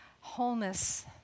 wholeness